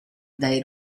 dai